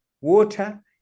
Water